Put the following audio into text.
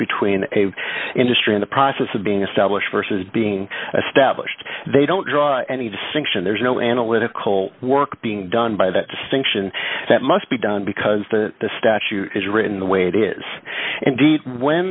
between a industry in the process of being established versus being established they don't draw any distinction there's no analytical work being done by that distinction that must be done because the statute is written the way it is indeed when